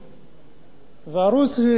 ערוץ-10 גם הוא צריך לפרוס.